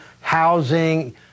housing